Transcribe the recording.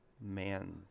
man